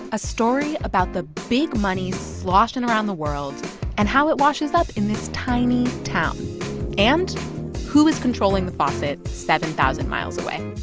a story about the big money sloshing around the world and how it washes up in this tiny town and who is controlling the faucet seven thousand miles away